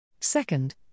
Second